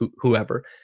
whoever